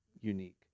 unique